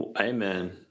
Amen